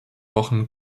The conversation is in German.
wochen